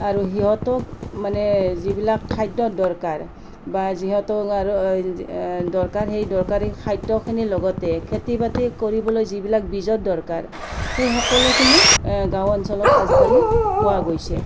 আৰু সিহঁতক মানে যিবিলাক খাদ্যৰ দৰকাৰ বা যিহেতু আৰু দৰকাৰ সেই দৰকাৰী খাদ্যখিনিৰ লগতে খেতি বাতি কৰিবলৈ যিবিলাক বীজৰ দৰকাৰ সেই সকলোখিনি গাঁও অঞ্চলত আজিকালি পোৱা গৈছে